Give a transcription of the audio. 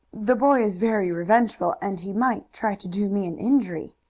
the boy is very revengeful, and he might try to do me an injury.